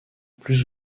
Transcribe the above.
plus